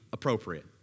Appropriate